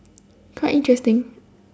quite interesting